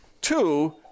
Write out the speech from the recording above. Two